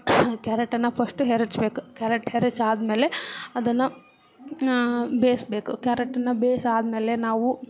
ಕ್ಯಾರೆಟನ್ನು first ಹೆರಚ್ಬೇಕು carrot ಹೆರಚಿ ಆದಮೇಲೆ ಅದನ್ನು ಬೇಯ್ಸ್ಬೇಕು ಕ್ಯಾರೆಟನ್ನು ಬೇಯ್ಸಾದ್ಮೇಲೆ ನಾವು